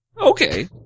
okay